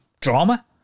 drama